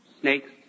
snakes